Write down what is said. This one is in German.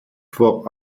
vor